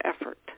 effort